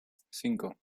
cinco